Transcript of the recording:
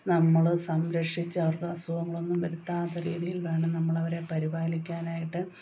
നമ്മൾ സംരക്ഷിച്ചാൽ അവർക്ക് അസുഖങ്ങളൊന്നും വരുത്താത്ത രീതിയിൽ വേണം നമ്മളവരെ പരിപാലിക്കാനായിട്ട്